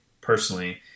personally